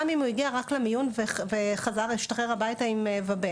גם אם הוא הגיע רק למיון והשתחרר הביתה עם ואבן.